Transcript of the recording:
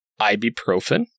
ibuprofen